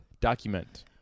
Document